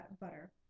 butter